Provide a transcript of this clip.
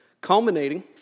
Culminating